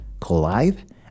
collide